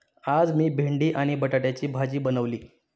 आज मी भेंडी आणि बटाट्याची भाजी बनवली